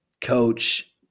coach